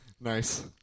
Nice